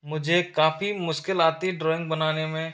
मुझे काफ़ी मुश्किल आती ड्राइंग बनाने में